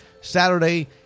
Saturday